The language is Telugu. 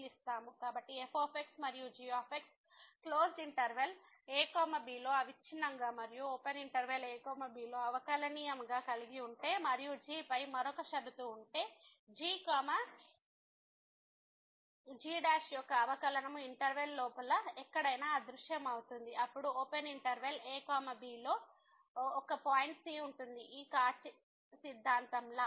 కాబట్టి f మరియు g closed interval a b లో అవిచ్ఛిన్నంగా మరియు ఓపెన్ ఇంటర్వెల్ a b లో అవకలనియమం కలిగి ఉంటే మరియు g పై మరొక షరతు ఉంటే g g యొక్క అవకలనము ఇంటర్వెల్ లోపల ఎక్కడైనా అదృశ్యమవుతుంది అప్పుడు ఓపెన్ ఇంటర్వెల్ a b లో ఒక పాయింట్ c ఉంటుంది ఈ కౌచీ సిద్ధాంతం లా